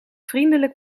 vriendelijk